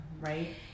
Right